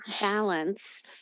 balance